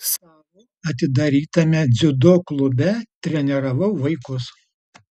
savo atidarytame dziudo klube treniravau vaikus